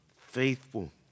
faithful